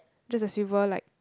just a silver like